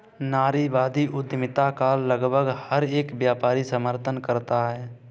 नारीवादी उद्यमिता का लगभग हर एक व्यापारी समर्थन करता है